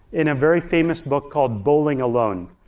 in a very famous book called bowling alone.